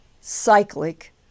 cyclic